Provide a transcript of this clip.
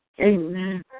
amen